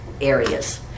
areas